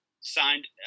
signed